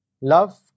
love